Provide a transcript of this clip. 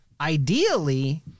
ideally